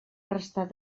restar